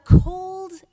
cold